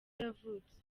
yavutse